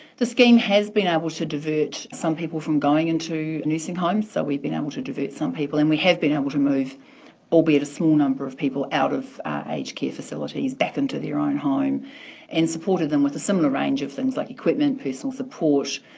the scheme has been able to divert some people from going into nursing homes, so we've been able to divert some people. and we have been able to move albeit a small number of people out of aged care facilities back into their own home and supported them with a similar range of things like equipment, personal support,